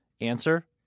Answer